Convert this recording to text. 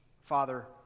Father